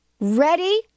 Ready